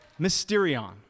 mysterion